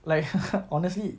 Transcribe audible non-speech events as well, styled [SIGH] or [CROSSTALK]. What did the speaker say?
like [LAUGHS] honestly